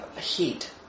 heat